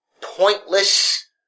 pointless